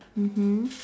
mmhmm